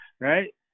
right